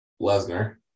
Lesnar